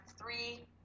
three